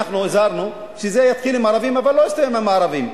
הזהרנו שזה יתחיל עם ערבים אבל לא יסתיים עם ערבים.